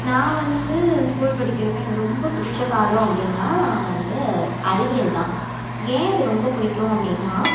நான் வந்து ஸ்கூல் படிக்கிறப்ப எனக்கு ரொம்ப பிடிச்ச பாடம் அப்படினா வந்து அறிவயல்தான் ஏன் அது ரொம்ப பிடிக்கும் அப்படினா